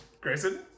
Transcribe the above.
Grayson